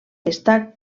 està